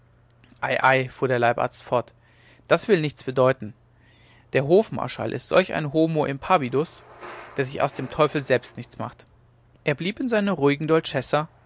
ei fuhr der leibarzt fort das will nichts bedeuten der hofmarschall ist solch ein homo impavidus der sich aus dem teufel selbst nichts macht er blieb in seiner ruhigen